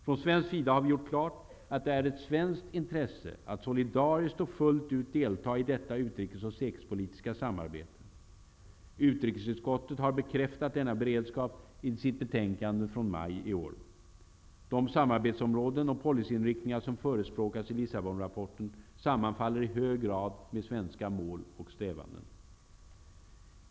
Från svensk sida har vi gjort klart att det är ett svenskt intresse att solidariskt och fullt ut delta i detta utrikes och säkerhetspolitiska samarbete. Utrikesutskottet har bekräftat denna beredskap i sitt betänkande från maj i år. De samarbetsområden och policy-inriktningar som förespråkas i Lissabonrapporten sammanfaller i hög grad med svenska mål och strävanden.